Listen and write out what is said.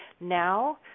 Now